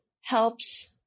helps